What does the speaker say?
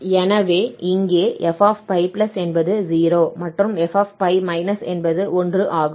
எனவே இங்கே f π என்பது 0 மற்றும் f π என்பது 1 ஆகும்